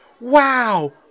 Wow